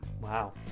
wow